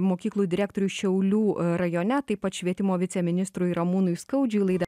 mokyklų direktoriui šiaulių rajone taip pat švietimo viceministrui ramūnui skaudžiui laida